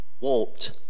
warped